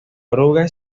oruga